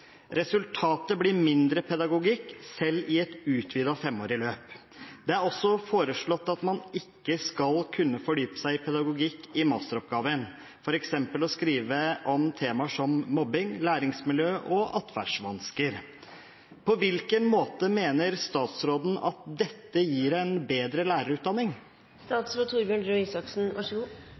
Resultatet blir mindre pedagogikk, selv i et utvida 5-årig løp. Det er også foreslått at man ikke skal kunne fordype seg i pedagogikk i masteroppgaven, og f.eks. skrive om temaer som mobbing, læringsmiljø og adferdsvansker. På hvilken måte mener statsråden at dette gir en bedre